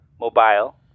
Mobile